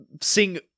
sing